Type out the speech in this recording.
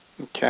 Okay